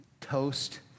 toast